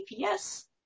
GPS